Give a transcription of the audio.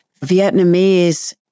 Vietnamese